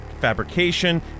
fabrication